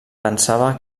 pensava